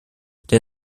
der